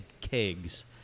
kegs